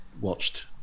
watched